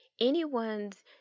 anyone's